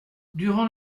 durant